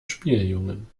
spieljungen